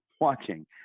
watching